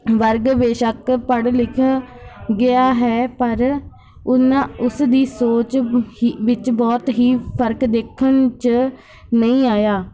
ਵਰਗ ਬੇਸ਼ੱਕ ਪੜ੍ਹ ਲਿਖ ਗਿਆ ਹੈ ਪਰ ਉਨ੍ਹਾਂ ਉਸ ਦੀ ਸੋਚ ਹੀ ਵਿੱਚ ਬਹੁਤ ਹੀ ਫ਼ਰਕ ਦੇਖਣ 'ਚ ਨਹੀਂ ਆਇਆ